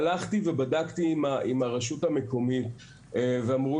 הלכתי ובדקתי עם הרשות המקומית ואמרו